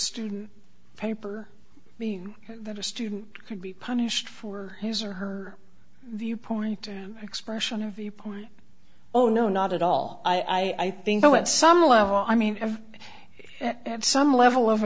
student paper that a student could be punished for his or her viewpoint expression or viewpoint oh no not at all i think though at some level i mean at some level of